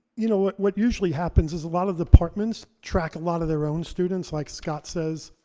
you know what usually happens is a lot of the departments track a lot of their own students, like scott says.